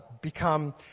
become